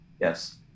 Yes